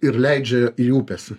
ir leidžia į upes